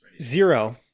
Zero